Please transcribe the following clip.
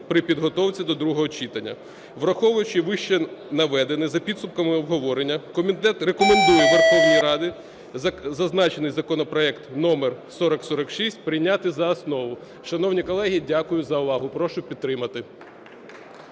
при підготовці до другого читання. Враховуючи вище наведене, за підсумками обговорення комітет рекомендує Верховній Раді зазначений законопроект № 4046 прийняти за основу. Шановні колеги, дякую за увагу. Прошу підтримати.